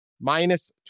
minus